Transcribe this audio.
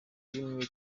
rimwe